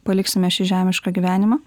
paliksime šį žemišką gyvenimą